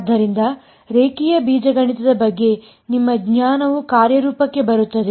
ಆದ್ದರಿಂದ ರೇಖೀಯ ಬೀಜಗಣಿತದ ಬಗ್ಗೆ ನಿಮ್ಮ ಜ್ಞಾನವು ಕಾರ್ಯರೂಪಕ್ಕೆ ಬರುತ್ತದೆ